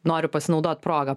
noriu pasinaudot proga